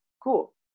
cool